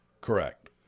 Correct